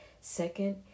Second